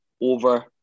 over